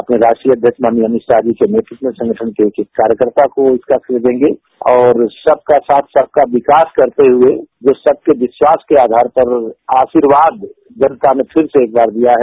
अपने राश्ट्रीय अध्यक्ष अमितषाह के नेतृत्व संगठन के कार्यकर्ता को इसका श्रेय देंगे और सबका साथ सबका विकास करते हुए जो सबके विष्वास के आधार पर आषीर्वाद जनता ने फिर से एकबार दिया है